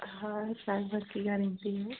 हाँ साल भर कि गारंटी है